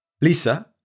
Lisa